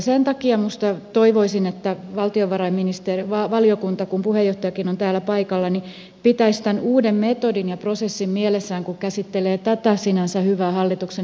sen takia toivoisin että valtiovarainvaliokunta kun puheenjohtajakin on täällä paikalla pitäisi tämän uuden metodin ja prosessin mielessään kun käsittelee tätä sinänsä hyvää hallituksen esitystä